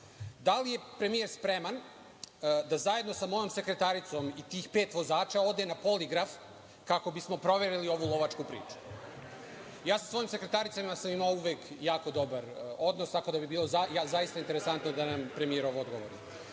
Da li je premijer spreman da zajedno sa mojom sekretaricom i tih pet vozača ode na poligraf kako bismo proverili novu lovačku priču. Ja sa svojom sekretaricom sam imao uvek jako dobar odnos, tako da bih bilo zaista interesantno da nam premijer ovo odgovori. Dalje,